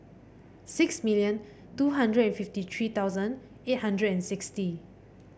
six million two hundred and fifty three thousand eight hundred and sixty